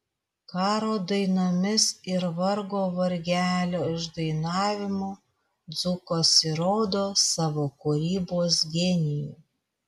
karo dainomis ir vargo vargelio išdainavimu dzūkas įrodo savo kūrybos genijų